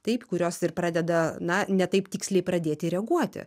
taip kurios ir pradeda na ne taip tiksliai pradėti reaguoti